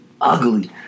ugly